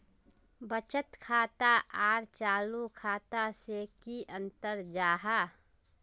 बचत खाता आर चालू खाता से की अंतर जाहा?